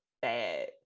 bad